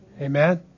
Amen